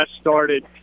started